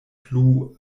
plu